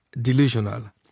delusional